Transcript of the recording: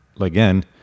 again